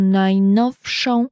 najnowszą